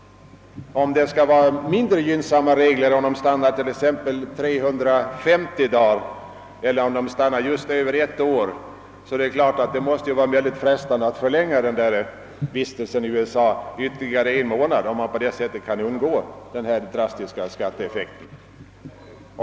Om det skulle bli mindre gynnsamma regler om de stannar t.ex. 350 dagar än om de stannar litet mer än ett år, måste det vara frestande att förlänga vistelsen i USA ytterligare en månad för att på det sättet undgå en dras tisk skatteeffekt.